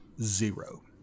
zero